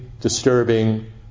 disturbing